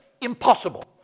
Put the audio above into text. impossible